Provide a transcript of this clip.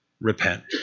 repent